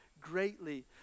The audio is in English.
greatly